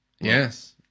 Yes